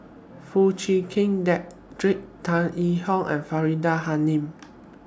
Foo Chee Keng Cedric Tan Yee Hong and Faridah Hanum